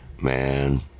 man